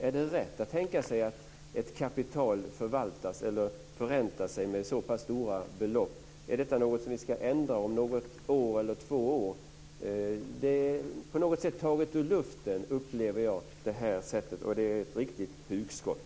Är det rätt att tänka sig att ett kapital förräntar sig med så pass stora belopp? Är detta något som vi ska ändra om något år eller två? Jag upplever det på något sätt som taget ur luften. Det är ett riktigt hugskott.